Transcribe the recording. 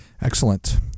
Excellent